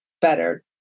better